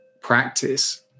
practice